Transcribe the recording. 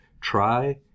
try